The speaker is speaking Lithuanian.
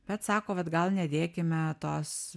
bet sako vat gal nedėkime tos